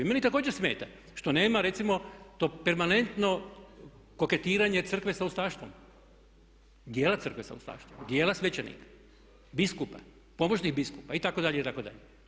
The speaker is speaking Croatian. Meni također smeta, što nema recimo to permanentno koketiranje crkve sa ustaštvom, dijela crkve sa ustaštvom, dijela svećenika, biskupa, pomoćnih biskupa itd., itd.